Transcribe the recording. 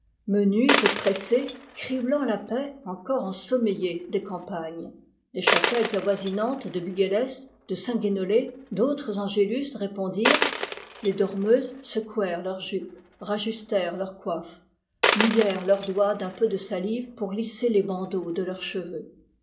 menus et pressés criblant la paix encore ensommeillée des campagnes des chapelles avoisinantes de buguélès de saint guennolé d'autres angélus répondirent les dormeuses secouèrent leurs jupes rajustèrent leurs coiffes mouillèrent leurs doigts d'un peu de salive pour lisser les bandeaux de leurs cheveux